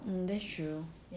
mm that's true